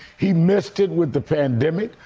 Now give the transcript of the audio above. he missed it with the pandemic,